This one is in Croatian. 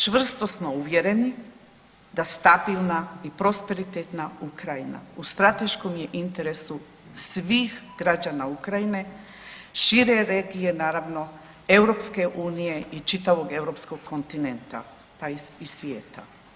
Čvrsto smo uvjereni da stabilna i prosperitetna Ukrajina u strateškom je interesu svih građana Ukrajine, šire regije naravno EU i čitavog Europskog kontinenta pa i svijeta.